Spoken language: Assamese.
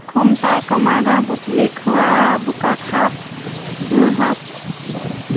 খোমটাই কমাৰগাঁও বটলীখোৱা বোকাখাট যোৰহাট